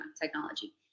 technology